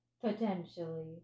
Potentially